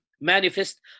manifest